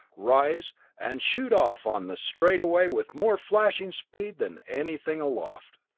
rise and shoot off on the straight-away with more flashing speed than anything aloft.